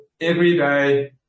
everyday